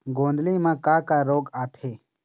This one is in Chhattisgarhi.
गोंदली म का का रोग आथे?